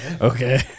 okay